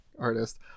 artist